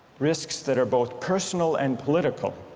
risks that are both personal and political,